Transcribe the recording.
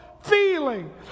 feeling